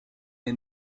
est